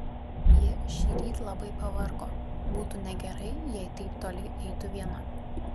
ji šįryt labai pavargo būtų negerai jei taip toli eitų viena